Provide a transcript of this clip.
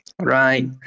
Right